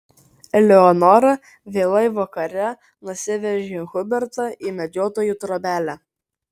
eleonora vėlai vakare nusivežė hubertą į medžiotojų trobelę